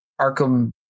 Arkham